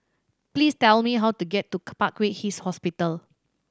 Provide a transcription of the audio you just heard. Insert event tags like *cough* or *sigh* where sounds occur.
please tell me how to get to *unintelligible* Parkway East Hospital